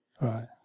Right